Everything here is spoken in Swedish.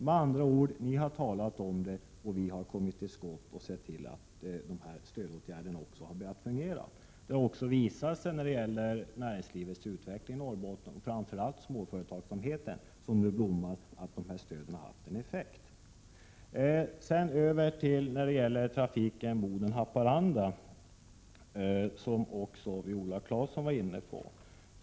Med andra ord: Ni har talat om det, medan vi har kommit till skott och sett till att stödåtgärderna har börjat fungera. I fråga om näringslivets utveckling i Norrbotten, framför allt beträffande småföretagsamheten, som nu blommar, har det också visat sig att stödet haft effekt. Trafiken Boden-Haparanda var Viola Claesson inne på.